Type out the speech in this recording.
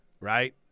right